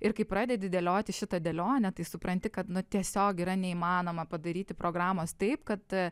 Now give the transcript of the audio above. ir kai pradedi dėlioti šitą dėlionę tai supranti kad nu tiesiog yra neįmanoma padaryti programos taip kad